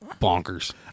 bonkers